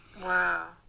Wow